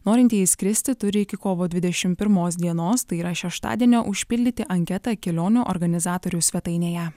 norintieji skristi turi iki kovo dvidešim pirmos dienos tai yra šeštadienio užpildyti anketą kelionių organizatorių svetainėje